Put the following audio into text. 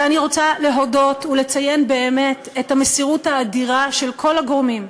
ואני רוצה להודות ולציין באמת את המסירות האדירה של כל הגורמים.